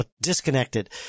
Disconnected